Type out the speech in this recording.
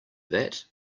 that